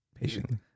patiently